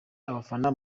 abafana